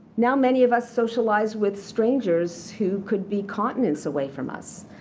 now many of us socialize with strangers who could be continents away from us.